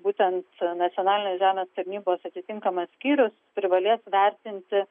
būtent nacionalinės žemės tarnybos atitinkamas skyrius privalės vertinti